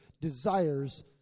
desires